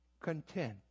content